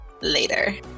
later